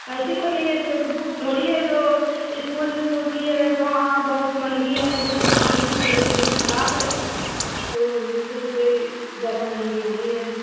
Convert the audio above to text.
ऐसी कोई एक बुक थोड़े ही है जो इस्कूल उस्कूल की है जो हाँ बहुत महंगी है यह तो कहानियों की एक किताब है तो यह तो कोई ज़्यादा महंगी नहीं है